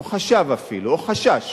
או חשב, אפילו, או חשש